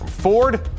Ford